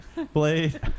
Blade